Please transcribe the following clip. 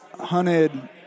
Hunted